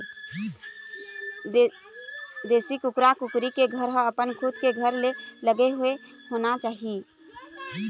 देशी कुकरा कुकरी के घर ह अपन खुद के घर ले लगे हुए होना चाही